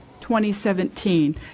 2017